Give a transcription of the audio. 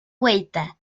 vuelta